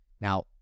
Now